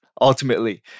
ultimately